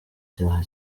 icyaha